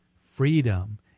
freedom